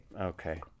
Okay